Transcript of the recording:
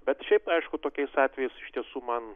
bet šiaip aišku tokiais atvejais iš tiesų man